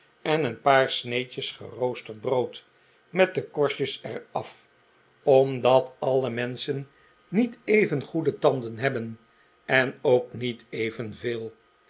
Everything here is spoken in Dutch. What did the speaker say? en een paar sneetjes geroosterd brood met de korstjes er af f omdat alle menschen niet even goede tanden hebben en ook niet evenveel